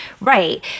Right